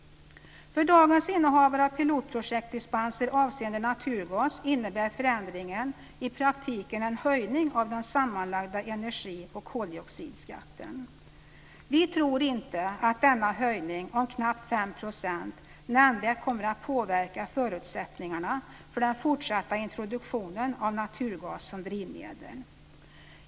För dagens innehavare av pilotprojektdispenser avseende naturgas innebär förändringen i praktiken en höjning av den sammanlagda energi och koldioxidskatten. Vi tror inte att denna höjning om knappt 5 % nämnvärt kommer att påverka förutsättningarna för den fortsatta introduktionen av naturgas som drivmedel.